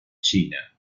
china